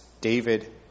David